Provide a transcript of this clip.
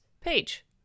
page